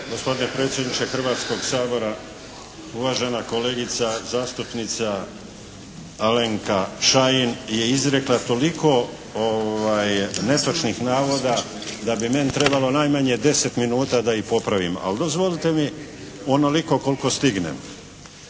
Gospodine predsjedniče Hrvatskog sabora, uvažena kolegica zastupnica Alenka Šain je izrekla toliko netočnih navoda da bi meni trebalo najmanje 10 minuta da ih popravim, ali dozvolite mi onoliko koliko stignem.